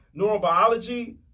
neurobiology